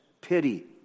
Pity